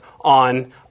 on